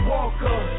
Walker